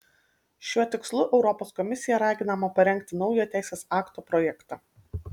šiuo tikslu europos komisija raginama parengti naujo teisės akto projektą